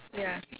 ya